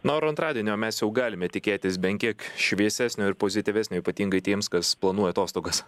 na o ar antradienio mes jau galime tikėtis bent kiek šviesesnio ir pozityvesnio ypatingai tiems kas planuoja atostogas